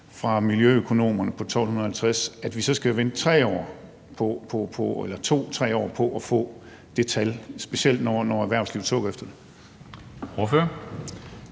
fra miljøøkonomerne på 1.250 kr. – at vi så skal vente 2-3 år på at få det tal, specielt når erhvervslivet sukker efter det? Kl.